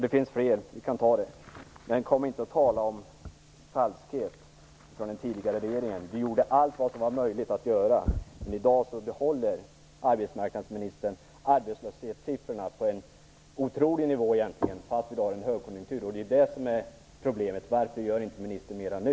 Det finns fler exempel. Men kom inte och tala om falskhet av den tidigare regeringen. Vi gjorde allt som var möjligt att göra. Men i dag behåller arbetsmarknadsministern arbetslöshetssiffrorna på en otroligt hög nivå, trots att vi har högkonjunktur. Det är det som är problemet. Varför gör inte arbetsmarknadsministern mera nu?